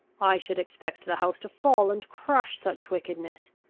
i should expect the house to fall and crush such wickedness!